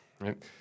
right